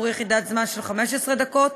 עבור יחידת זמן של 15 דקות,